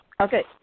Okay